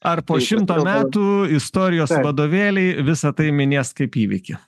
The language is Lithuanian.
ar po šimto metų istorijos vadovėliai visa tai minės kaip įvykį